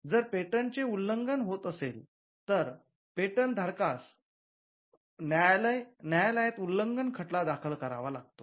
जर पेटंटचे उल्लंघन होत असेल तर पेटंट धारकास न्यायालयात उल्लंघन खटला दाखल करावा लागतो